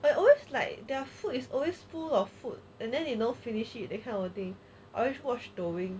they are always like their food is always full of food and then they don't finish it that kind of thing always watch dou yin